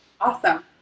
Awesome